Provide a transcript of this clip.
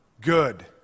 good